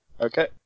Okay